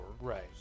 Right